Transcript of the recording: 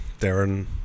Darren